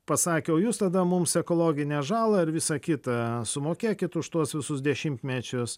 pasakė o jūs tada mums ekologinę žalą ir visa kita sumokėkit už tuos visus dešimtmečius